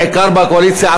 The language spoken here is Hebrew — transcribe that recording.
בעיקר בקואליציה,